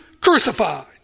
crucified